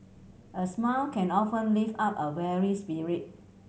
a smile can often lift up a weary spirit